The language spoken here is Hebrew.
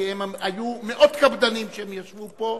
כי הם היו מאוד קפדניים כשהם ישבו פה,